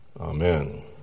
Amen